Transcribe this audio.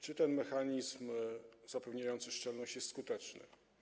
Czy mechanizm zapewniający szczelność jest skuteczny?